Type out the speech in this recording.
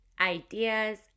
ideas